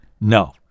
No